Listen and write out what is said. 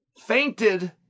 fainted